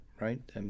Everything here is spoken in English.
right